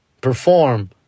perform